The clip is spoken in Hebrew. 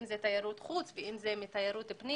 אם תיירות חוץ ואם תיירות פנים.